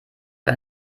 wir